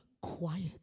quiet